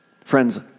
Friends